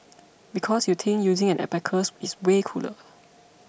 because you think using an abacus is way cooler